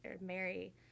Mary